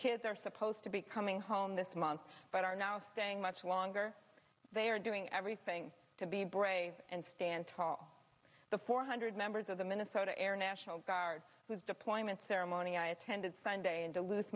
kids are supposed to be coming home this month but are now staying much longer they are doing everything to be brave and stand tall the four hundred members of the minnesota air national guard with deployment ceremony i attended sunday in